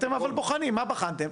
אתם אבל בוחנים, מה בחנתם?